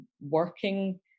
working